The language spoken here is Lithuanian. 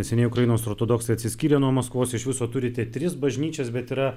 neseniai ukrainos ortodoksai atsiskyrė nuo maskvos iš viso turite tris bažnyčias bet yra